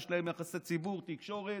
יש להם יחסי ציבור, תקשורת,